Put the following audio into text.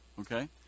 okay